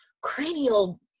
cranial